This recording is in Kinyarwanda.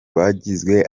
bagizwe